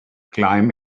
climb